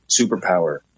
superpower